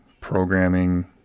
programming